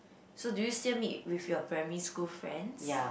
so do you still meet with your primary school friends